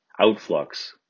outflux